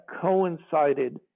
coincided